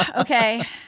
okay